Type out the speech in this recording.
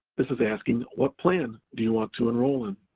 this is asking what plan do you want to enroll in.